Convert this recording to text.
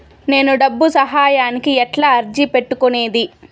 నేను డబ్బు సహాయానికి ఎట్లా అర్జీ పెట్టుకునేది?